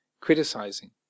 criticizing